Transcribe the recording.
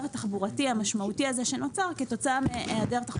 כך האדם יכול היה לבחור מה עדיף לו.